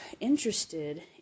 interested